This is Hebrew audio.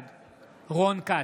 בעד רון כץ,